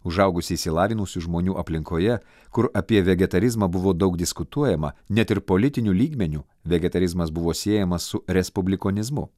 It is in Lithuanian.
užaugusi išsilavinusių žmonių aplinkoje kur apie vegetarizmą buvo daug diskutuojama net ir politiniu lygmeniu vegetarizmas buvo siejamas su respublikonizmu